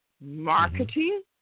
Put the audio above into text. marketing